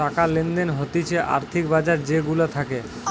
টাকা লেনদেন হতিছে আর্থিক বাজার যে গুলা থাকে